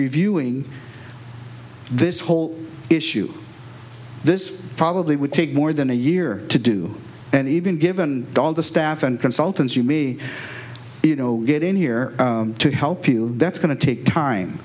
reviewing this whole issue this probably would take more than a year to do and even given all the staff and consultants you me you know get in here to help you that's going to take time